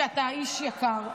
שאתה איש יקר.